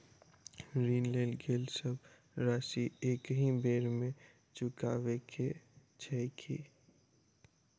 ऋण लेल गेल सब राशि एकहि बेर मे चुकाबऽ केँ छै की?